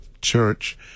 church